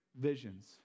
visions